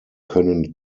können